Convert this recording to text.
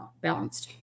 balanced